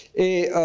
a